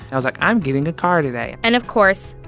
i was like, i'm getting a car today. and, of course,